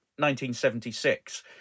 1976